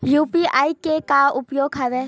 UPI के का उपयोग हवय?